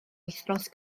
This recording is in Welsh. wythnos